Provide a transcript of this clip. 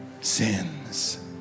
sins